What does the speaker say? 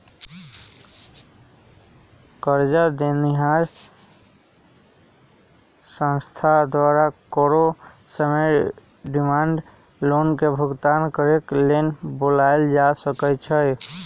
करजा देनिहार संस्था द्वारा कोनो समय डिमांड लोन के भुगतान करेक लेल बोलायल जा सकइ छइ